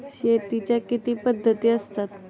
शेतीच्या किती पद्धती असतात?